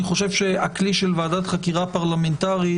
אני חושב שהכלי של ועדת חקירה פרלמנטרית